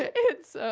ah it's